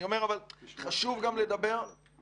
אני אומר אבל שחשוב גם לדבר עליו,